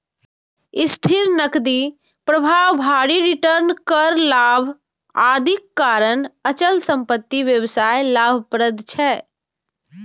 स्थिर नकदी प्रवाह, भारी रिटर्न, कर लाभ, आदिक कारण अचल संपत्ति व्यवसाय लाभप्रद छै